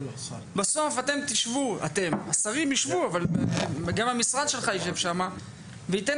בסוף השרים יישבו וגם המשרד שלך יישב שם וייתן